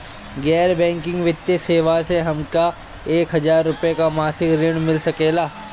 गैर बैंकिंग वित्तीय सेवाएं से हमके एक हज़ार रुपया क मासिक ऋण मिल सकेला?